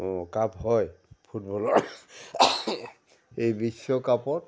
cup হয় ফুটবলৰ এই বিশ্ব কাপত